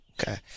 Okay